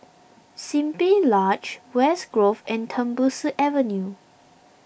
Simply Lodge West Grove and Tembusu Avenue